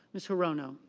miss her row no